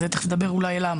ואולי נדבר תכף על הסיבה.